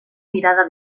mirada